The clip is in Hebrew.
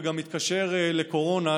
וגם מתקשר לקורונה,